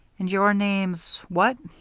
and your name's what?